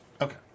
Okay